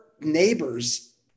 neighbors